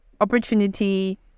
opportunity